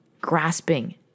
grasping